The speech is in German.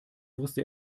wusste